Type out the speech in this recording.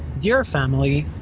dear family,